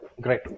great